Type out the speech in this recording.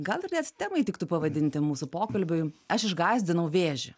gal ir net temai tiktų pavadinti mūsų pokalbiui aš išgąsdinau vėžį